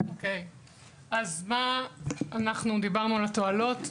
דיברו על התועלות.